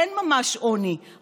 אין ממש עוני,